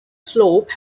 slope